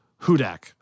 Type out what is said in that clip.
Hudak